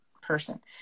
person